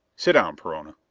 sit down, perona.